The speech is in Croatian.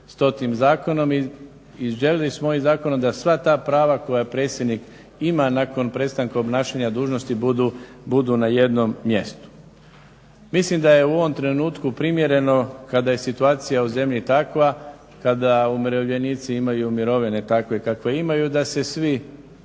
stotim zakonom. I željeli smo ovim zakonom da sva ta prava koja predsjednik ima nakon prestanka obnašanja dužnosti budu na jednom mjestu. Mislim da je u ovom trenutku primjereno, kada je situacija u zemlji takva, kada umirovljenici imaju mirovine takve kakve imaju, da se svi